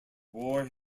wore